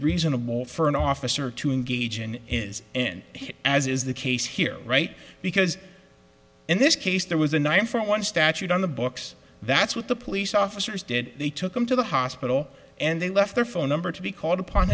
reasonable for an officer to engage in is in it as is the case here right because in this case there was a nine for one statute on the books that's what the police officers did they took them to the hospital and they left their phone number to be called upon